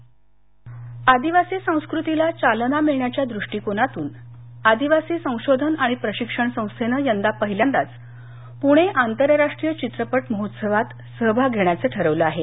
लघुपट आदिवासी संस्कृतीला चालना मिळण्याच्या दृष्टीकोनातून आदिवासी संशोधन आणि प्रशिक्षण संस्थेनं यंदा पहिल्यांदाच पूणे आंतरराष्ट्रीय चित्रपट महोत्सवातसहभाग घेतला आहे